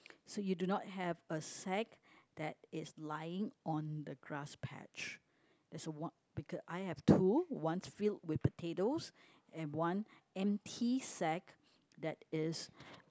so you do not have a sack that is lying on the grass patch there's a one because I have two one is filled with potatoes one empty sack that is